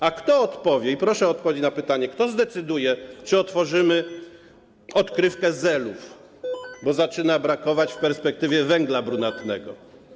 A kto odpowie, i proszę o odpowiedź na pytanie, kto zdecyduje, czy otworzymy odkrywkę Zelów, bo zaczyna brakować w perspektywie węgla brunatnego.